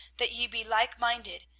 that ye be like minded,